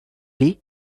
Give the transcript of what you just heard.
lee